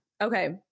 Okay